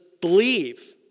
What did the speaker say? believe